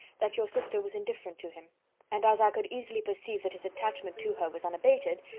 that your sister was indifferent to him and as i could easily perceive that his attachment to her was unabated,